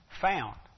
found